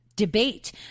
debate